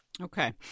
Okay